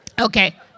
okay